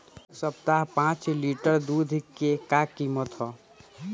एह सप्ताह पाँच लीटर दुध के का किमत ह?